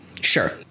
Sure